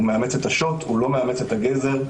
הוא מאמץ את השוט ולא את הגזר.